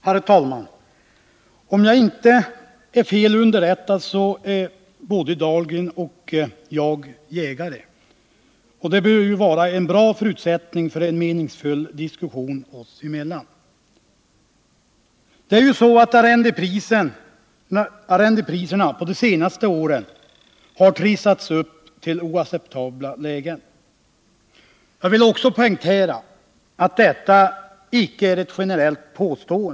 Herr talman! Om jag inte är fel underrättad är både Anders Dahlgren och jag jägare. Det bör vara en bra förutsättning för en meningsfull diskussion oss emellan. Arrendepriserna har under de senaste åren trissats upp till oacceptabel nivå. Jag vill också poängtera att detta påstående inte är generellt.